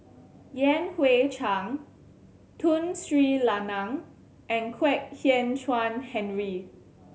Yan Hui Chang Tun Sri Lanang and Kwek Hian Chuan Henry